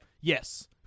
Yes